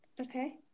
Okay